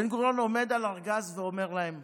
בן-גוריון עומד על ארגז ואומר להם: